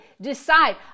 decide